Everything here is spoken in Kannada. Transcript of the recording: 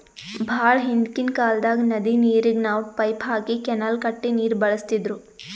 ಭಾಳ್ ಹಿಂದ್ಕಿನ್ ಕಾಲ್ದಾಗ್ ನದಿ ನೀರಿಗ್ ನಾವ್ ಪೈಪ್ ಹಾಕಿ ಕೆನಾಲ್ ಕಟ್ಟಿ ನೀರ್ ಬಳಸ್ತಿದ್ರು